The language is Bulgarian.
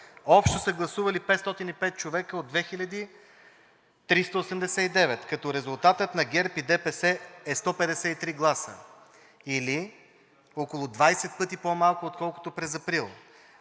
общо са гласували 505 човека от 2389. Резултатът на ГЕРБ и ДПС е 153 гласа, или около 20 пъти по-малко, отколкото през април.